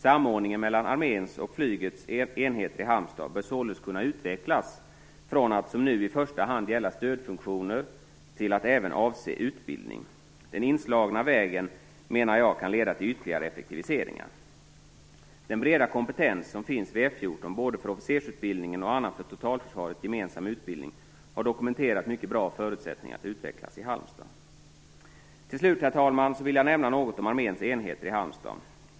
Samordningen mellan arméns och flygets enheter i Halmstad bör således kunna utvecklas från att som nu i första hand gälla stödfunktioner till att även avse utbildning. Genom att man har slagit in på den här vägen kommer man att kunna uppnå ytterligare effektiviseringar. Den breda kompetens som finns vid F 14 för både officersutbildningen och annan för totalförsvaret gemensam utbildning har dokumenterat mycket bra förutsättningar att utvecklas i Halmstad. Till slut, herr talman, vill jag nämna något om arméns enheter i Halmstad.